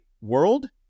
world